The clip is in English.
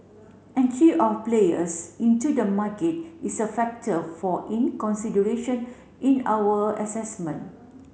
entry of players into the market is a factor for in consideration in our assessment